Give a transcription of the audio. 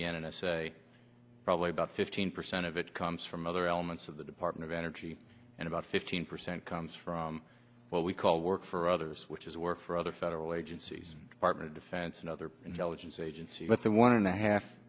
the n s a probably about fifteen percent of it comes from other elements of the department of energy and about fifteen percent comes from what we call work for others which is work for other federal agencies partnered defense and other intelligence agencies but the one and a half